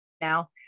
now